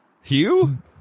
Hugh